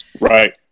Right